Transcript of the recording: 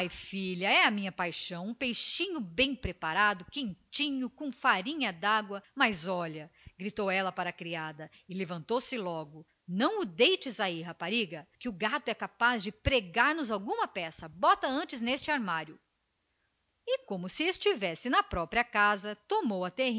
filha é a minha paixão um peixinho bem preparado quentinho com farinha dágua mas olha bradou para a criada e levantou-se logo não o deites aí rapariga que o gato é muito capaz de pregar nos alguma peça bota antes neste armário e como se estivesse na própria casa tomou